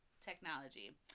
technology